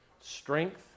Strength